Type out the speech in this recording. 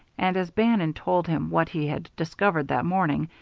and as bannon told him what he had discovered that morning,